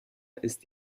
ist